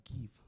give